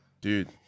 dude